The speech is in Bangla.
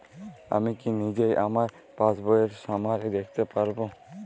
আমি কি নিজেই আমার পাসবইয়ের সামারি দেখতে পারব?